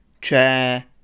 chair